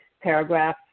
paragraph